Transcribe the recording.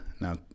now